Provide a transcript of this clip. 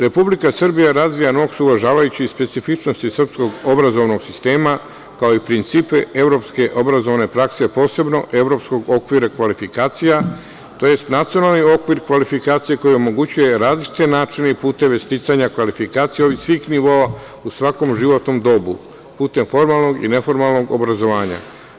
Republika Srbija razvija NOKS uvažavajući specifičnosti srpskog obrazovnog sistema, kao i principe evropske obrazovne prakse, a posebno evropskog okvira kvalifikacija, tj. Nacionalni okvir kvalifikacija koji omogućuje različite načine, puteve i sticanja kvalifikacija svih nivoa u svakom životnom dobu putem formalnog i neformalnog obrazovanja.